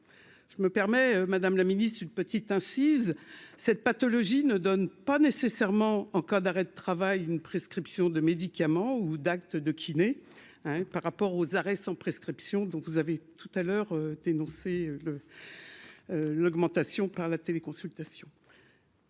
je me permets, Madame la Ministre, une petite incise cette pathologie ne donne pas nécessairement en cas d'arrêt. Travail une prescription de médicaments ou d'actes de kiné, hein, par rapport aux arrêts sans prescription, donc vous avez tout à l'heure, dénoncer le l'augmentation par la télé consultation.